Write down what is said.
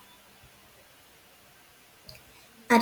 ..